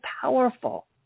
powerful